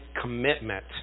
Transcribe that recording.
commitment